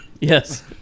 Yes